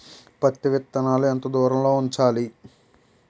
పత్తి విత్తనాలు ఎంత దూరంలో ఉంచాలి?